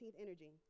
energy